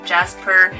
Jasper